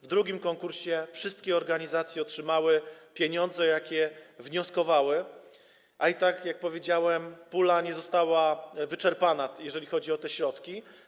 W drugim konkursie wszystkie organizacje otrzymały pieniądze, o jakie wnioskowały, a i tak, jak powiedziałem, pula nie została wyczerpana, jeżeli chodzi o te środki.